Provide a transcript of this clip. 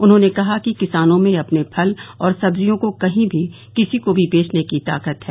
उन्होंने कहा कि किसानों में अपने फल और सब्जियों को कहीं भी किसी को भी बेचने की ताकत है